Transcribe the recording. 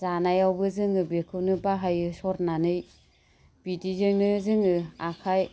जानायावबो जोङो बेखौनो बाहायो सरनानै बिदिजोंनो जोङो आखाय